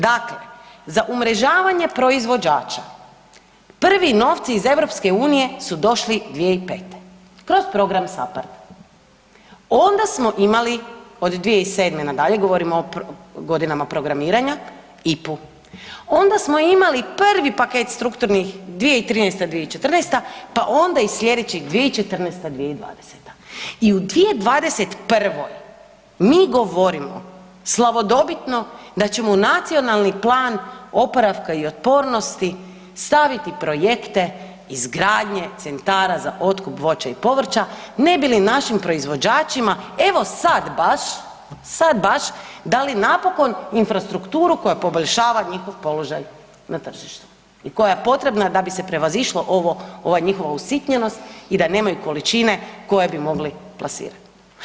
Dakle za umrežavanje proizvođača prvi novci iz EU su došli 2005. kroz program SAPARD, onda smo imali od 2007. na dalje, govorim o godinama programiranja IPA-u, onda smo imali prvi paket strukturnih 2013., 2014. pa onda i sljedeća 2014.-2020. i u 2021. mi govorimo slavodobitno da ćemo u Nacionalni plan oporavka i otpornosti staviti projekte izgradnje centara za otkup voća i povrća ne bi li našim proizvođačima, evo sad baš, sad baš, dali napokon infrastrukturu koja poboljšava njihov položaj na tržištu i koja je potrebna da bi se prevazišlo ova njihova usitnjenost i da nemaju količine koje bi mogli plasirati.